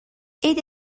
عید